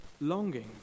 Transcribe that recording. longing